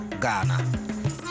Ghana